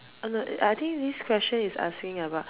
oh no uh I think this question is asking about